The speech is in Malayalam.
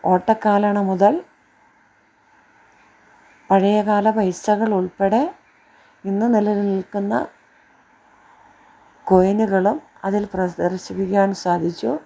ഓട്ടക്കാലണ മുതൽ പഴയകാല പൈസകൾ ഉൾപ്പെടെ ഇന്ന് നിലനിൽക്കുന്ന കോയിനുകളും അതിൽ പ്രദർശിപ്പിക്കാൻ സാധിച്ചു